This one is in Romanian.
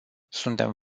suntem